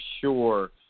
sure